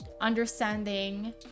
understanding